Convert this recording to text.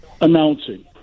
announcing